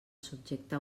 subjecta